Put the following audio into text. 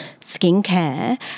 skincare